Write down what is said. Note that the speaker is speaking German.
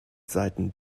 seiten